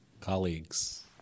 Colleagues